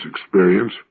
Experience